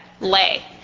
lay